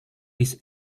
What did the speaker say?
his